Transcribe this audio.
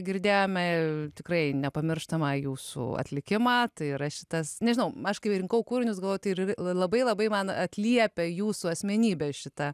girdėjome tikrai nepamirštamą jūsų atlikimą tai yra šitas nežinau aš kai rinkau kūrinius galvojau tai ir labai labai man atliepia jūsų asmenybę šita